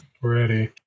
Ready